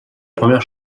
première